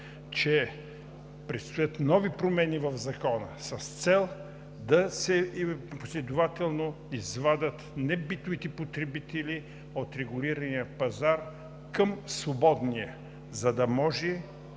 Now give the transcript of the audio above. че предстоят нови промени в Закона с цел последователно да се извадят небитовите потребители от регулирания пазар към свободния, за да може